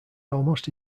almost